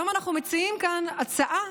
היום אנחנו מציעים כאן הצעה